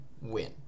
win